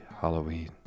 Halloween